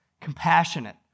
compassionate